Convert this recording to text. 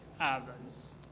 others